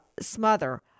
smother